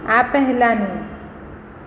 આ પહેલાનું